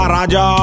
Raja